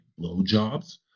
blowjobs